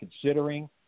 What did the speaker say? considering